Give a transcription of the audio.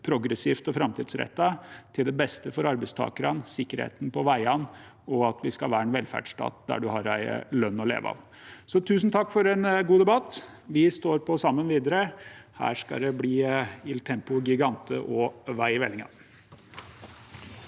progressivt og framtidsrettet, til det beste for arbeidstakerne og sikkerheten på veiene, og at vi skal være en velferdsstat der en har en lønn å leve av. Tusen takk for en god debatt. Vi står på sammen videre – her skal det bli Il Tempo Gigante og vei i vellinga.